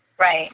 Right